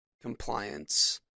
compliance